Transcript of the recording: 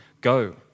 go